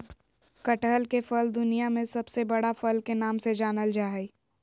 कटहल के फल दुनिया में सबसे बड़ा फल के नाम से जानल जा हइ